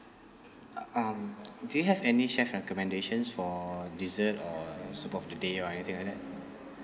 uh um do you have any chef recommendations for dessert or soup of the day or anything like that